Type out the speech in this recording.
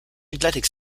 athletics